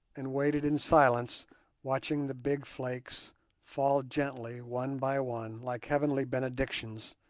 and waited in silence watching the big flakes fall gently one by one like heavenly benedictions,